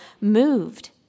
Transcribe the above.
moved